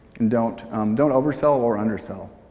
and don't don't oversell or undersell.